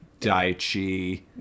Daichi